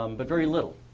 um but very little.